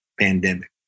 pandemic